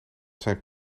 zijn